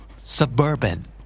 Suburban